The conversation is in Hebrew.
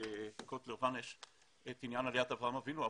קוטלר וונש את אברהם אבינו.